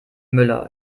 müller